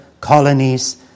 colonies